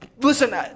Listen